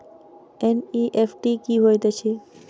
NEFT की होइत अछि?